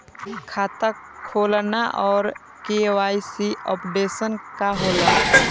खाता खोलना और के.वाइ.सी अपडेशन का होला?